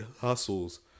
hustles